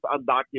undocumented